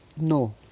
no